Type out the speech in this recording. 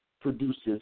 produces